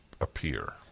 appear